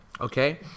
okay